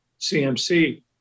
CMC